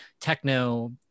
techno